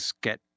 get